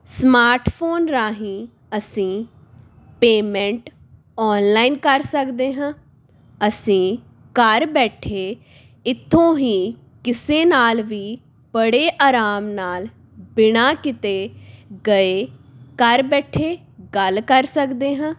smartphone ਰਾਹੀਂ ਅਸੀਂ payment online ਕਰ ਸਕਦੇ ਹਾਂ ਅਸੀਂ ਘਰ ਬੈਠੇ ਇੱਥੋਂ ਹੀ ਕਿਸੇ ਨਾਲ ਵੀ ਬੜੇ ਆਰਾਮ ਨਾਲ ਬਿਨਾਂ ਕਿਤੇ ਗਏ ਘਰ ਬੈਠੇ ਗੱਲ ਕਰ ਸਕਦੇ ਹਾਂ